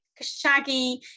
shaggy